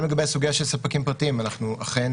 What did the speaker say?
גם בסוגיה של ספקים פרטיים אנחנו אכן